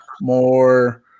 more